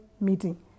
Meeting